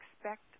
expect